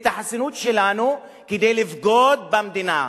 את החסינות שלנו, כדי לבגוד במדינה.